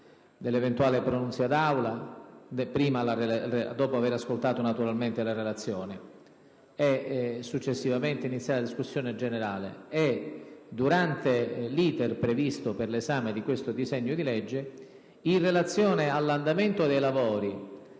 dell'Aula, naturalmente dopo aver ascoltato le relazioni; successivamente, iniziare la discussione generale e, durante l'*iter* previsto per l'esame di questo disegno di legge, in relazione all'andamento dei lavori